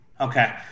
Okay